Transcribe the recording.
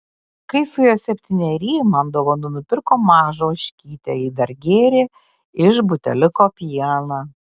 kai suėjo septyneri man dovanų nupirko mažą ožkytę ji dar gėrė iš buteliuko pieną